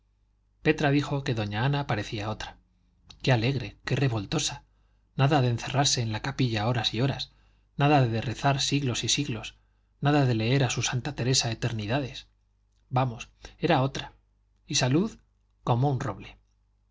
petra dijo que doña ana parecía otra qué alegre qué revoltosa nada de encerrarse en la capilla horas y horas nada de rezar siglos y siglos nada de leer a su santa teresa eternidades vamos era otra y salud como un roble